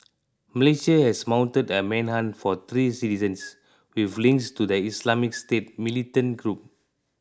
Malaysia has mounted a manhunt for three citizens with links to the Islamic State militant group